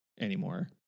anymore